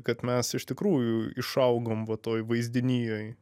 kad mes iš tikrųjų išaugom va toj vaizdinyjoj